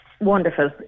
Wonderful